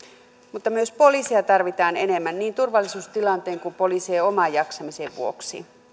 mutta myös poliiseja tarvitaan enemmän niin turvallisuustilanteen kuin poliisien oman jaksamisen vuoksi